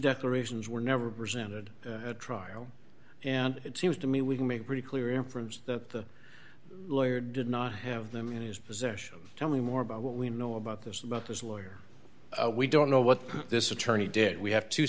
declarations were never presented at trial and it seems to me we can make a pretty clear inference that the lawyer did not have them in his possession tell me more about what we know about this about his lawyer we don't know what this attorney did we have two